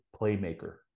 playmaker